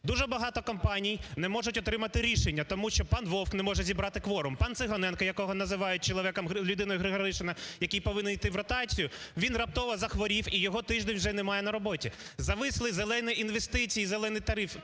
Дуже багато компаній не можуть отримати рішення тому що пан Вовк не може зібрати кворум. Пан Циганенко, якого називають людиною Григоришина, який повинен йти в ротацію, він раптово захворів і його тиждень вже немає на роботі. "Зависли" "зелені інвестиції" і "зелені тарифи"